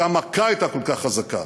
כי המכה הייתה כל כך חזקה.